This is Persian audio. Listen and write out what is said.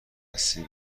هستی